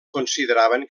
consideraven